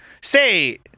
Say